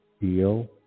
deal